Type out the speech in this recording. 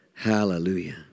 Hallelujah